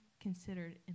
considered